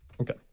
Okay